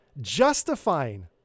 justifying